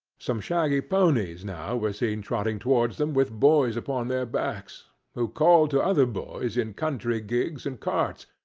some shaggy ponies now were seen trotting towards them with boys upon their backs, who called to other boys in country gigs and carts,